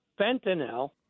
fentanyl